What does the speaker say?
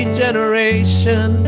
generation